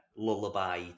Lullaby